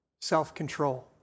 self-control